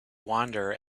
wander